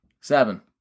Seven